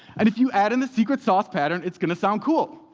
and if you add in the secret sauce pattern, it's going to sound cool.